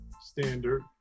standard